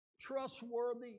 trustworthy